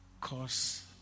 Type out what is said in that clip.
Cause